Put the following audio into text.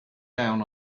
down